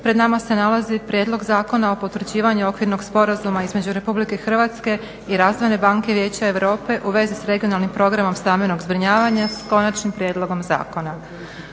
(SDP)** Konačni prijedlog Zakona o potvrđivanju okvirnog sporazuma između Republike Hrvatske i razvojne banke Vijeća Europe u vezi sa regionalnim programom stambenog zbrinjavanja, hitni postupak,